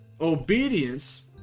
Obedience